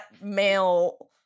male